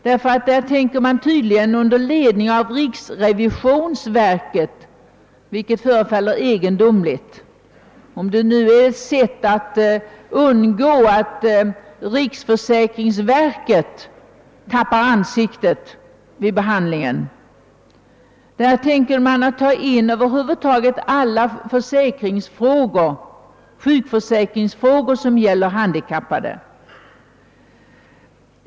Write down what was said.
Man tänker tydligen under ledning av riksrevisionsverket — vilket förefaller egendomligt; det kanske är ett sätt att undvika att riksrevisionsverket förlorar ansiktet vid behandiingen— ta in över huvud taget al la sjukförsäkringsfrågor som gäller handikappade.